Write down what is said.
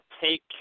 take